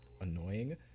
annoying